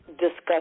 discuss